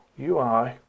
UI